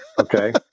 Okay